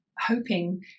hoping